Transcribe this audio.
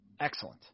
Excellent